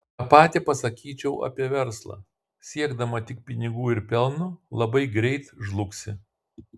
tą patį pasakyčiau apie verslą siekdama tik pinigų ir pelno labai greit žlugsi